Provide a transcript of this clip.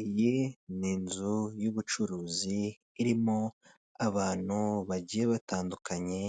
Iyi ni inzu y'ubucuruzi irimo abantu bagiye batandukanye